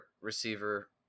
receiver